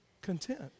content